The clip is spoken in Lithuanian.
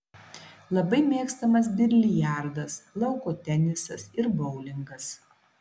labai mėgstamas biliardas lauko tenisas ir boulingas